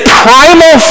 primal